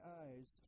eyes